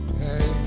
hey